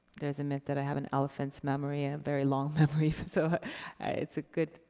there's a myth that i have an elephant's memory, a very long memory, so it's a good.